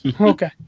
okay